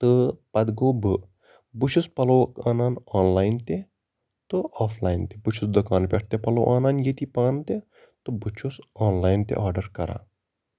تہٕ پَتہٕ گوٚو بہٕ بہٕ چھُس پَلو اَنان آن لایِن تہِ تہٕ آف لایِن تہِ بہٕ چھُس دُکان پٮ۪ٹھ تہِ پَلو آنان ییٚتی پانہٕ تہِ تہٕ بہٕ چھُس آن لایِن تہِ آڈَر کران